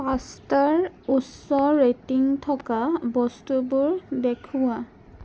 পাস্তাৰ উচ্চ ৰেটিং থকা বস্তুবোৰ দেখুওৱা